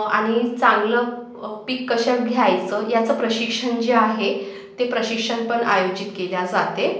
आणि चांगलं पीक कशात घ्यायचं याचं प्रशिक्षण जे आहे ते प्रशिक्षण पण आयोजित केल्या जाते